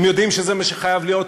הם יודעים שזה מה שחייב להיות,